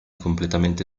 completamente